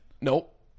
Nope